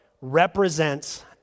represents